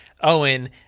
Owen